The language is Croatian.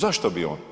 Zašto bi on?